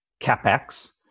CapEx